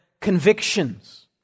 convictions